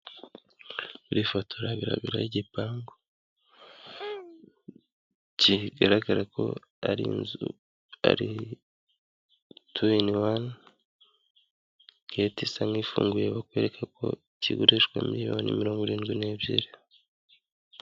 Iyi foto iragaragaraho igipangu ,kigaragara ko ari inzu ari tu ini wani geti isa n'ifunguye bakwereka ko kigurishwa miliyoni mirongo irindwi n'ebyiri.